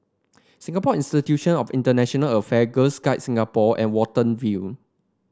Singapore Institution of International Affair Girls Guides Singapore and Watten View